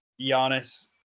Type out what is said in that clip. Giannis